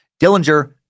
Dillinger